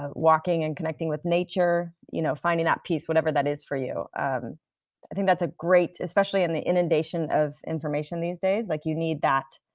ah walking and connecting with nature, you know finding that peace whatever that is for you um i think that's a great. especially in the inundation of information these days like you need that